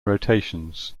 rotations